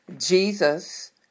Jesus